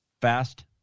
fast